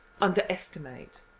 underestimate